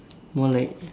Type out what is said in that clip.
more like